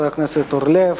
חבר הכנסת אורלב.